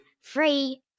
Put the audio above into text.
free